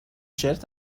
شرت